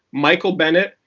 michael bennett,